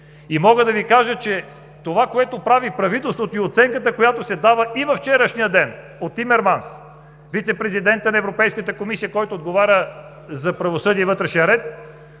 вот на недоверие. Това, което прави правителството, и оценката, която се дава и във вчерашния ден от Тимерманс – вицепрезидента на Европейската комисия, който отговаря за „Правосъдие и вътрешен ред“,